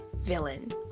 villain